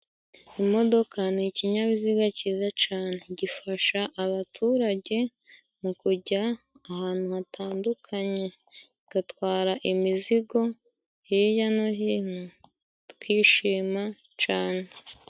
Imodoka ni'ikinyabiziga cyiza cane, gifasha abaturage mu kujya ahantu hatandukanye, gatwara imizigo hijya no hino tukishima cane.